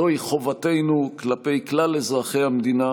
זוהי חובתנו כלפי כלל אזרחי המדינה